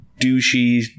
douchey